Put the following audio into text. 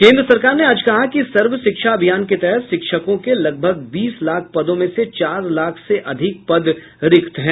केन्द्र सरकार ने आज कहा कि सर्वशिक्षा अभियान के तहत शिक्षकों के लगभग बीस लाख पदों में से चार लाख से अधिक पद रिक्त हैं